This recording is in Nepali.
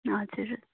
हजुर